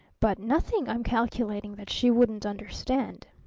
but nothing, i'm calculating, that she wouldn't understand.